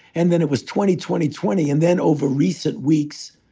and then it was twenty, twenty, twenty. and then over recent weeks,